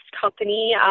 company